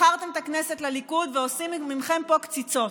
מכרתם את הכנסת לליכוד ועושים מכם פה קציצות.